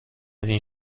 این